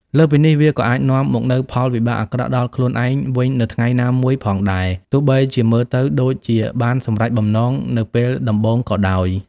លើសពីនេះ វាក៏អាចនាំមកនូវផលវិបាកអាក្រក់ដល់ខ្លួនឯងវិញនៅថ្ងៃណាមួយផងដែរ ទោះបីជាមើលទៅដូចជាបានសម្រេចបំណងនៅពេលដំបូងក៏ដោយ។